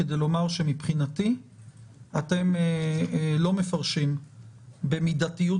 כדי לומר שמבחינתי אתם לא מפרשים במידתיות